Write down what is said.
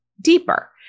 deeper